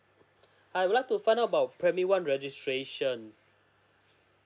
I would like to find out about primary one registration